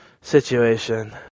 situation